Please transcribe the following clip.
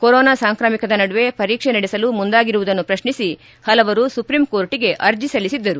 corona ಸಾಂಕ್ರಾಮಿಕದ ನಡುವೆ ಪರೀಕ್ಷೆ ನಡೆಸಲು ಮುಂದಾಗಿರುವುದನ್ನು ಪ್ರತ್ನಿಸಿ ಪಲವರು ಸುಪ್ರಂಕೋರ್ಟ್ಗೆ ಅರ್ಜಿ ಸಲ್ಲಿಸಿದ್ದರು